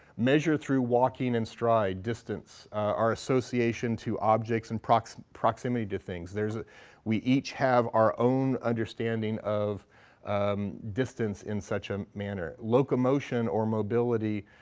measured through walking and stride, distance, our association to objects and proximity proximity to things. we each have our own understanding of distance in such a manner. locomotion or mobility,